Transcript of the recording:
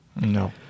no